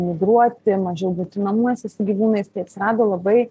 migruoti mažiau būti namuose su gyvūnais tai atsirado labai